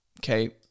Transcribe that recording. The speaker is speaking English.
okay